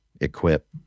equip